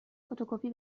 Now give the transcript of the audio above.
فتوکپی